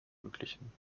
ermöglichen